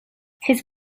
his